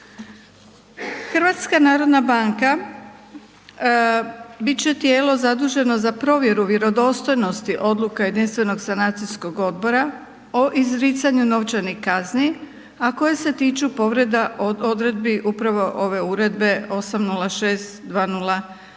tzv. ESMA. HNB bit će tijelo zaduženo za provjeru vjerodostojnosti odluka Jedinstvenog sanacijskog odbora o izricanju novčanih kazni, a koje se tiču povreda odredbi upravo ove Uredbe 806/2014.